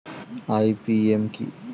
IPM কি?